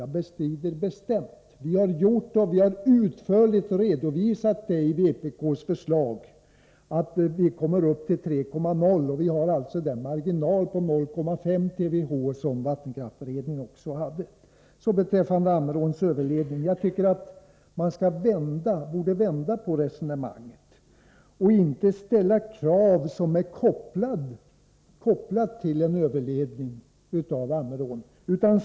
Jag bestrider bestämt Oskar Lindkvists påstående. Vi har i vpk:s förslag utförligt redovisat att vi kommer upp till 3,0 TWh, och vi har alltså den marginal på 0,5 TWh som också vattenkraftsberedningen hade. Beträffande Ammeråns överledning: Man borde vända på resonemanget och inte ställa krav som är kopplade till en överledning av Ammerån.